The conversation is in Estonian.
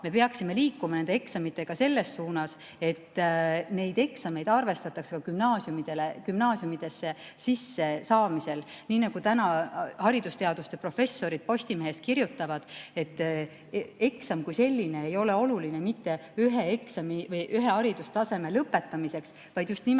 me peaksime liikuma nende eksamitega selles suunas, et neid eksameid arvestatakse gümnaasiumidesse sissesaamisel. Nii nagu täna haridusteaduste professorid Postimehes kirjutavad, et eksam kui selline ei ole oluline mitte ühe eksami või ühe haridustaseme lõpetamiseks, vaid just nimelt sealt